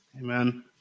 Amen